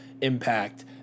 impact